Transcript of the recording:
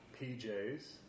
PJs